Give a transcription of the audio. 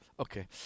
Okay